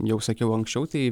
jau sakiau anksčiau tai